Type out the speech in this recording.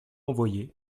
envoyer